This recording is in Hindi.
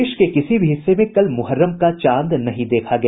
देश के किसी भी हिस्से में कल मुहर्रम का चांद नहीं देखा गया